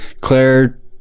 claire